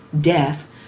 death